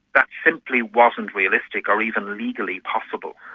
that simply wasn't realistic or even legally possible.